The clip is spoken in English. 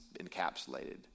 encapsulated